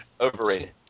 Overrated